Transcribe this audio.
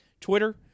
Twitter